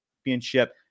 championship